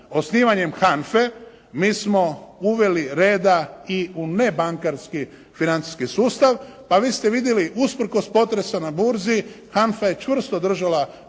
osnivanjem HANFA-e, mi smo uveli reda i u nebankarski financijski sustav. A vi ste vidjeli, usprkos potresu na burzi, HANFA je čvrsto držala